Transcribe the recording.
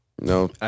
No